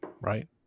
right